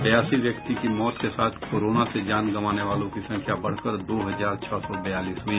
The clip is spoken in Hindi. बयासी व्यक्ति की मौत के साथ कोरोना से जान गंवाने वालों की संख्या बढ़कर दो हजार छह सौ बयालीस हुई